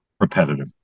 repetitive